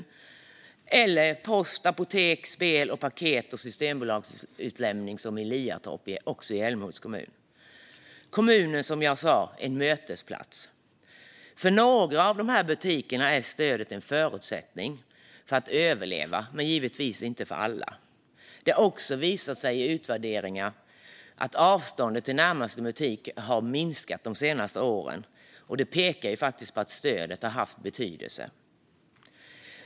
Där finns post, apotek, spelbutik och paket och Systembolagsutlämning som i Liatorp som också ligger i Älmhults kommun. Som jag sa blir dessa ställen en mötesplats. För några av de här butikerna är stödet en förutsättning för att överleva, men givetvis är det inte så för alla. Det har också visat sig i utvärderingar att avståndet till närmaste butik har minskat de senaste åren, vilket pekar på att stödet har haft betydelse.